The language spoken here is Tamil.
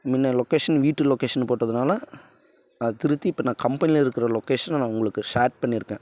முன்ன லொக்கேஷன் வீட்டு லொக்கேஷன் போட்டதுனால் அதை திருத்தி இப்போ நான் கம்பெனியில் இருக்கிற லொக்கேஷனை நான் உங்களுக்கு ஷேர் பண்ணியிருக்கேன்